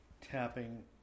tapping